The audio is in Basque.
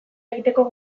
egiteko